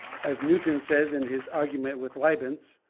as newton says in his argument with leibnitz,